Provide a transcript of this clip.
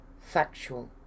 factual